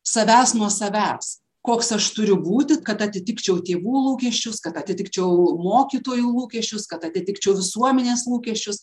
savęs nuo savęs koks aš turiu būti kad atitikčiau tėvų lūkesčius kad atitikčiau mokytojų lūkesčius kad atitikčiau visuomenės lūkesčius